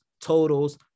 totals